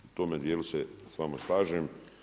U tome dijelu se s vama slažem.